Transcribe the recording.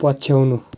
पछ्याउनु